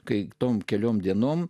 kai tom keliom dienom